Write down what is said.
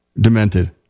demented